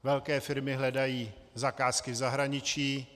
Velké firmy hledají zakázky v zahraničí.